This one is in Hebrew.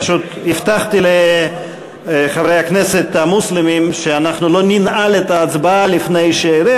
הבטחתי לחברי הכנסת המוסלמים שאנחנו לא ננעל את ההצבעה לפני שהם יגיעו,